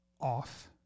off